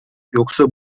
yoksa